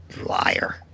liar